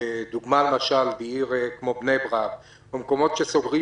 לדוגמה בעיר כמו בני ברק או מקומות שסוגרים,